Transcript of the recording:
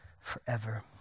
forever